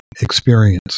experience